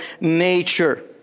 nature